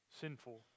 sinful